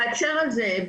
בהקשר הזה,